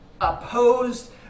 opposed